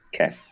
Okay